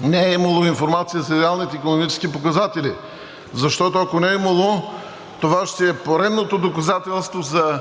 не е имало информация за реалните икономически показатели. Защото, ако не е имало, това ще е поредното доказателство за